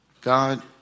God